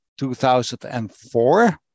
2004